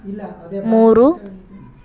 ಮೂರು